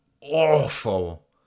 Awful